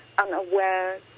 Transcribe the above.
unaware